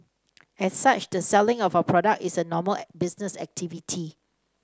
as such the selling of our products is a normal business activity